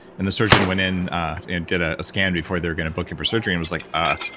and the surgeon went in and did a scan before they were gonna book him for surgery and was like, ah,